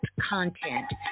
content